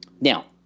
Now